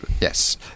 Yes